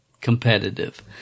competitive